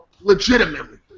legitimately